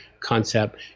Concept